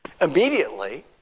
immediately